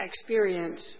Experience